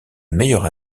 meilleure